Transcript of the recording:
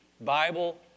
Bible